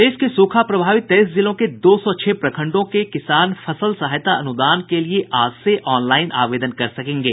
प्रदेश के सूखा प्रभावित तेईस जिलों के दो सौ छह प्रखंडों के किसान फसल सहायता अनुदान के लिए आज से ऑनलाईन आवेदन कर सकेंगे